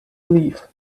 leaf